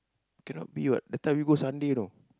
cannot be what that time we go Sunday you know